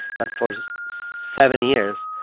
but for seven years,